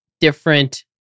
different